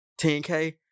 10K